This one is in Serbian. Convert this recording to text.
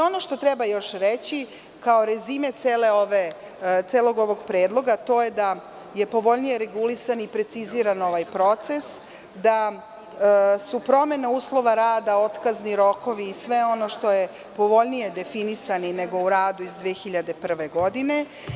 Ono što još treba reći, kao rezime celog ovog predloga, to je da je povoljnije regulisan i preciziran ovaj proces, da su promene uslova rada, otkazni rokovi i sve ostalo povoljnije definisani nego u Zakonu o radu iz 2001. godine.